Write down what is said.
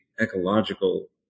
ecological